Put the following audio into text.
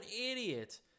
idiot